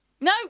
No